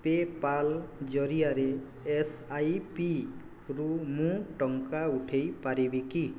pay' Paul ଜରିଆରେ ଏସଆଇପିରୁ ମୁଁ ଟଙ୍କା ଉଠେଇ ପାରିବି କି